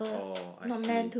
oh I see